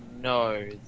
No